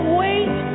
wait